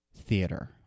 theater